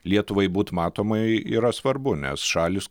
lietuvai būt matomai yra svarbu nes šalys